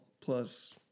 plus